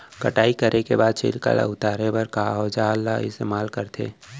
कटाई करे के बाद छिलका ल उतारे बर का औजार ल इस्तेमाल करथे?